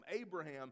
Abraham